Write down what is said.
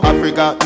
Africa